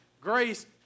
Grace